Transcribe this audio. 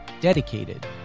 dedicated